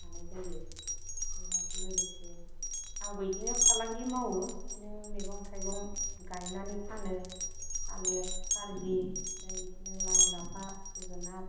जानाय जायो ओमफ्राय आरो लोगोसे आंबो इदिनो फालांगि मावो इदिनो मैगं थाइगं गायनानै फानो थालिर कार्जि ओमफ्राय इदिनो लाइ लाफा जोगोनार